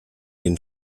den